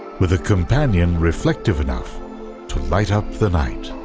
with a companion reflective enough to light up the night?